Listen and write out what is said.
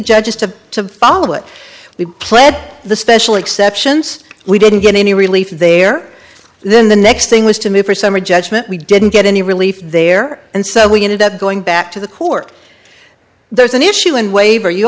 judges to follow it we pled the special exceptions we didn't get any relief there then the next thing was to move for summary judgment we didn't get any relief there and so we ended up going back to the court there's an issue and waiver you